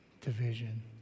Division